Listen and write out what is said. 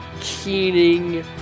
keening